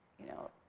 you know,